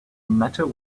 matter